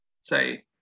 say